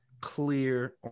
clear